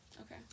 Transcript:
Okay